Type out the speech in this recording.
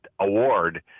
award